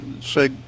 say